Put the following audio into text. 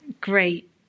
great